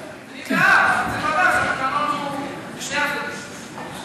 אני בעד, רק צריך לדעת שהתקנון הוא לשני הצדדים.